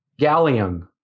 Gallium